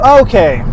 okay